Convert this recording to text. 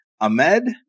Ahmed